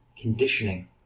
conditioning